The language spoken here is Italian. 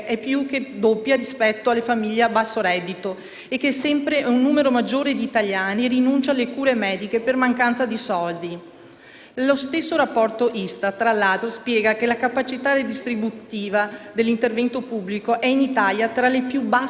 Lo stesso rapporto Istat tra l'altro spiega che "la capacità redistributiva dell'intervento pubblico è in Italia tra le più basse d'Europa". Nessun provvedimento mirato e di largo respiro in materia di politica industriale: si va sempre più verso la desertificazione,